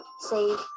save